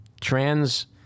trans